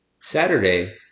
Saturday